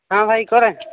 ହଁ ଭାଇ କରେ